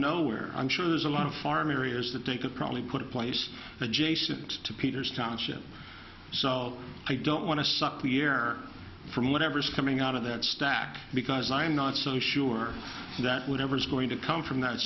nowhere i'm sure there's a lot of farm areas that they could probably put in place adjacent to peter's township so i don't want to suck the air from whatever's coming out of that stack because i'm not so sure that whatever's going to come from that